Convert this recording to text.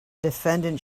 defendant